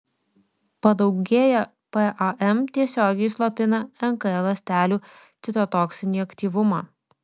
padaugėję pam tiesiogiai slopina nk ląstelių citotoksinį aktyvumą